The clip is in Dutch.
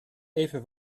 even